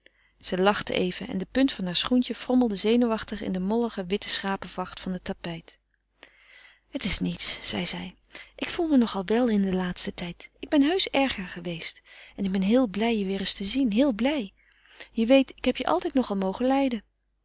zij lachte even en de punt van haar schoentje frommelde zenuwachtig in de mollige witte schapenvacht van het tapijt het is niets zeide zij ik voel me nog al wel in den laatsten tijd ik ben heusch erger geweest en ik ben heel blij je weêr eens te zien heel blij je weet ik heb je altijd nog al mogen lijden